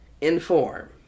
inform